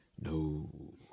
No